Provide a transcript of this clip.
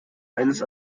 eines